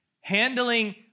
handling